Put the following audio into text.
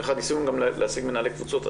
להשיג מנהלי קבוצות.